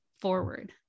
forward